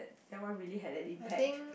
that one really had an impact